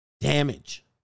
Damage